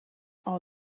all